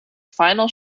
final